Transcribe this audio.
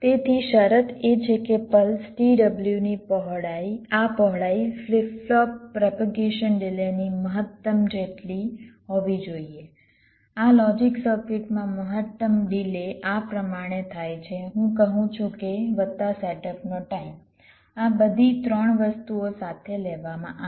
તેથી શરત એ છે કે પલ્સ t w ની આ પહોળાઈ ફ્લિપ ફ્લોપ પ્રોપેગેશન ડિલેની મહત્તમ જેટલી હોવી જોઈએ આ લોજીક સર્કિટમાં મહત્તમ ડિલે આ પ્રમાણે થાય છે હું કહું છું કે વત્તા સેટઅપનો ટાઇમ આ બધી 3 વસ્તુઓ સાથે લેવામાં આવે